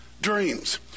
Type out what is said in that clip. dreams